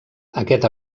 aquest